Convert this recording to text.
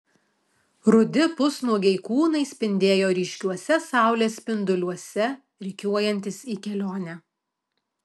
rudi pusnuogiai kūnai spindėjo ryškiuose saulės spinduliuose rikiuojantis į kelionę